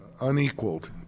unequaled